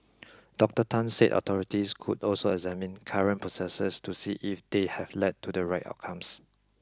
Doctor Tan said authorities could also examine current processes to see if they have led to the right outcomes